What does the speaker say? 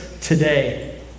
today